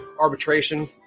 arbitration